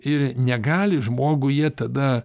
ir negali žmogui jie tada